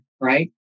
right